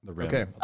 Okay